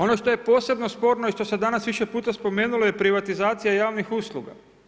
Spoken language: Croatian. Ono što je posebno sporno i što se danas više puta spomenulo je privatizacija javnih usluga.